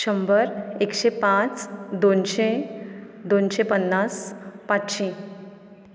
शंबर एकशें पांच दोनशें दोनशें पन्नास पांचशीं